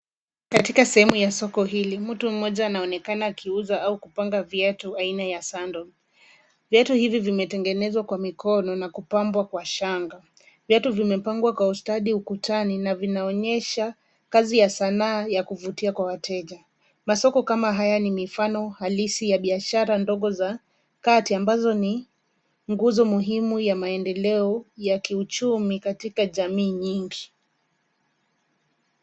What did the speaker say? Katika sehemu ya soko hili mtu mmoja anaonekana akiuza au kupanga viatu aina ya sandal . Viatu hivi vimetengenezwa kwa mkono na kupambwa kwa shanga. Viatu vimepangwa kwa ustadi ukutani na vinaonyesha kazi ya sanaa ya kuvutia kwa wateja. Masoko kama haya ni mifano halisi ya biashara ndogo za dhati ambazo ni nguzo muhimu ya maendeleo ya kiuchumi katika jamii nyingi.